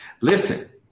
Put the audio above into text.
Listen